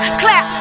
clap